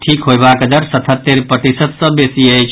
ठीक होयबाक दर सतहत्तरि प्रतिशत सँ बेसी अछि